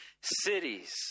cities